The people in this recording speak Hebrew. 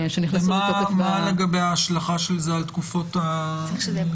שנכנסו לתוקף ב --- ומה לגבי ההשלכה של זה על תקופות ההתיישנות?